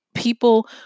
People